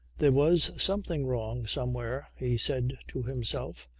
there was something wrong somewhere, he said to himself,